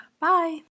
bye